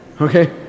Okay